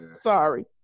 Sorry